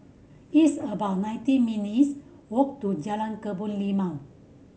it's about nineteen minutes' walk to Jalan Kebun Limau